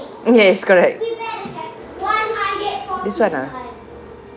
yes correct this [one] ah